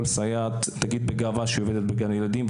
סייעת תגיד בגאווה שהיא עובדת בגן ילדים,